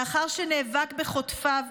לאחר שנאבק בחוטפיו,